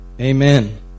Amen